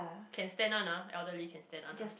can stand one ah elderly can stand one ah